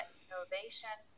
innovation